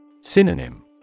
Synonym